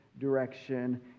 direction